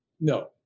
No